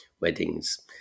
weddings